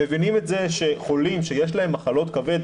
מבינים את זה שחולים שיש להם מחלות כבד,